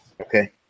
okay